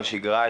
בשגרה,